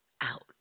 out